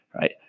right